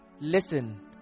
listen